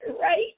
Right